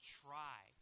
try